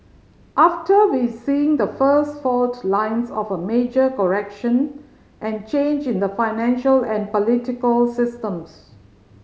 after we seeing the first fault lines of a major correction and change in the financial and political systems